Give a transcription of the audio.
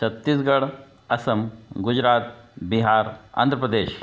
Chhattisgarh Assam Gujarat Bihar Andhra Pradesh